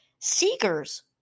seekers